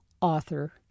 author